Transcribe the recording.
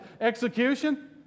execution